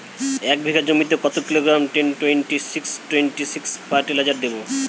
এক বিঘা জমিতে কত kilogram ten twenty six twenty six fertiliser দেবো?